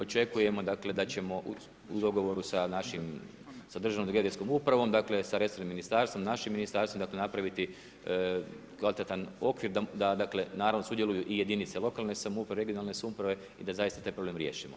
Očekujemo da ćemo u dogovoru sa našim, sa državnom geodetskom upravom, sa resornim ministarstvom, našim ministarstvom napraviti kvalitetan okvir, da naravno sudjeluju i jedinice lokalne samouprave, regionalne samouprave i da zaista taj problem riješimo.